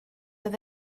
oedd